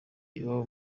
iwabo